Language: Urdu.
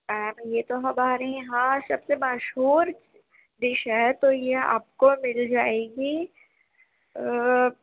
میم یہ تو ہماری یہاں سب سے مشہور ڈش ہے تو یہ آپ کو مل جائے گی